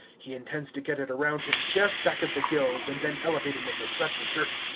he intends to get it around him just back of the gills and then elevate him with a sudden jerk.